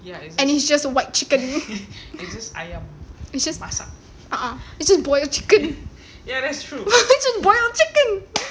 and it's just white chicken it's just a'ah it's just boiled chicken it's just boiled chicken